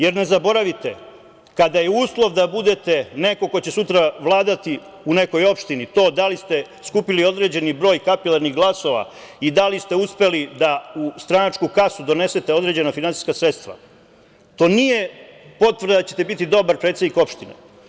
Jer, ne zaboravite, kada je uslov da budete neko ko će sutra vladati u nekoj opštini to da li ste skupili određeni broj kapilarnih glasova i da li ste uspeli da u stranačku kasu donesete određena finansijska sredstva, to nije potvrda da ćete biti dobar predsednik opštine.